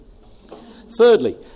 Thirdly